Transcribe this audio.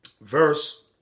verse